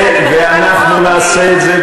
ואנחנו נעשה את זה,